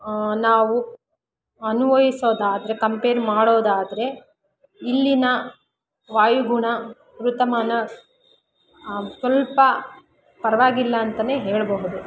ನಾವು ಅನ್ವಯಿಸೋದಾದ್ರೆ ಕಂಪೇರ್ ಮಾಡೋದಾದ್ರೆ ಇಲ್ಲಿನ ವಾಯುಗುಣ ಋತುಮಾನ ಸ್ವಲ್ಪ ಪರವಾಗಿಲ್ಲ ಅಂತನೇ ಹೇಳಬಹುದು